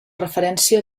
referència